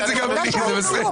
זה בסדר.